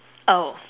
oh